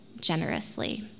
generously